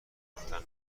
گفتن